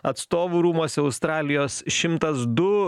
atstovų rūmuose australijos šimtas du